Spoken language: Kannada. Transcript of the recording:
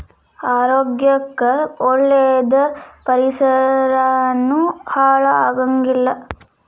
ಆರೋಗ್ಯ ಕ್ಕ ಒಳ್ಳೇದ ಪರಿಸರಾನು ಹಾಳ ಆಗಂಗಿಲ್ಲಾ